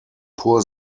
pour